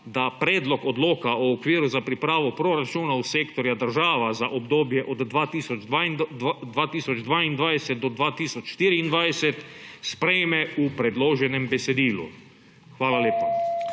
da Predlog odloka o okviru za pripravo proračunov sektorja država za obdobje od 2022 do 2024 sprejme v predloženem besedilu. Hvala lepa.